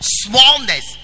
smallness